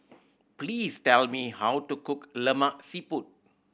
please tell me how to cook Lemak Siput